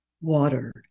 water